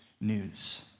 news